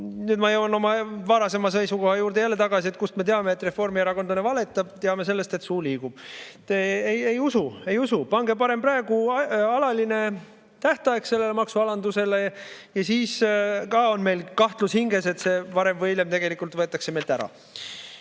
nüüd ma jõuan oma varasema seisukoha juurde jälle tagasi. Kust me teame, et reformierakondlane valetab? Teame sellest, et suu liigub. Ei usu! Ei usu! Pange parem praegu alaline tähtaeg sellele maksualandusele. Ja ka siis on meil kahtlus hinges, et see varem või hiljem võetakse meilt ära.